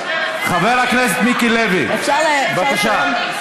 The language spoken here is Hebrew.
חבר הכנסת מיקי לוי, אפשר לסיים?